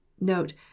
Note